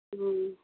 ہوں